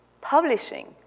publishing